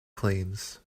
planes